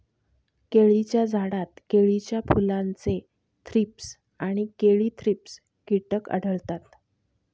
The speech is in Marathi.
केळीच्या झाडात केळीच्या फुलाचे थ्रीप्स आणि केळी थ्रिप्स कीटक आढळतात